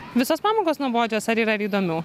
visos pamokos nuobodžios ar yra ir įdomių